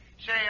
Say